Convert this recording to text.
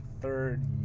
third